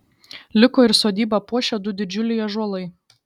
liko ir sodybą puošę du didžiuliai ąžuolai